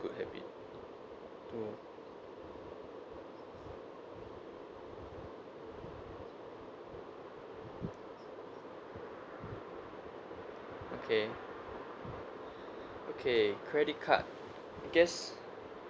good habit to okay okay credit card I guess